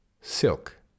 silk